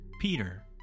Peter